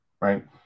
right